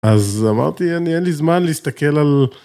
אז אמרתי אני אין לי זמן להסתכל על